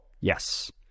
yes